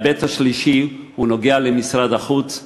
ההיבט השלישי קשור למשרד החוץ,